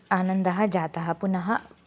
आनन्दः जातः पुनः